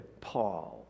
Paul